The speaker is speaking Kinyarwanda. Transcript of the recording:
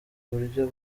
uburyo